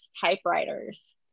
typewriters